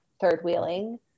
third-wheeling